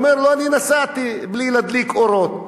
הוא אומר לו: אני נסעתי בלי להדליק אורות.